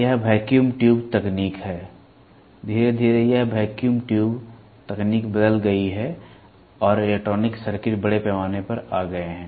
यह vacuum tube तकनीक है धीरे धीरे यह वैक्यूम ट्यूब तकनीक बदल गई है और इलेक्ट्रॉनिक सर्किट बड़े पैमाने पर आ गए हैं